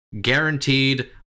Guaranteed